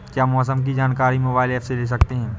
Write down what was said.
क्या मौसम की जानकारी मोबाइल ऐप से ले सकते हैं?